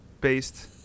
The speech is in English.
based